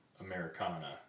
Americana